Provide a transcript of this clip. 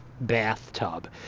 bathtub